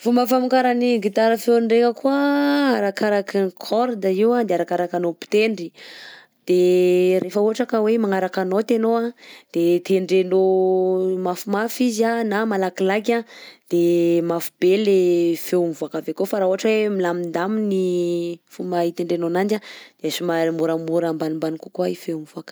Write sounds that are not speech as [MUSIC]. Fomba famokaran'ny gitara feo ndreka koà arakaraky ny corde io de arakarakanao mpitendry, de rehefa ohatra ka hoe magnaraka note anao de tendrenao [HESITATION] mafimafy izy na malakilaky an de mafy be le feo mivoaka avy akao fa raha ohatra hoe milamindamina i fomba hitendrenao ananjy a de somary moramora ambanimbany kokoa feo mivoaka.